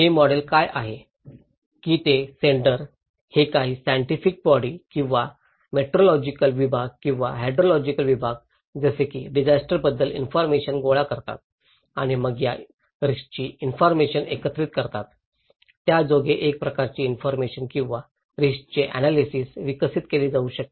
हे मॉडेल काय म्हणत आहे की ते सेंडर हे काही सायन्टिफिक बॉडी किंवा मेट्रोलॉजिकल विभाग किंवा हाइड्रोलॉजिकल विभाग जसे की डिजास्टर बद्दल इन्फॉरमेशन गोळा करतात आणि मग या रिस्कची इन्फॉरमेशन एकत्रित करतात ज्यायोगे एक प्रकारची इन्फॉरमेशन किंवा रिस्कचे अन्यालीसीस विकसित केले जाऊ शकते